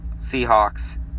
Seahawks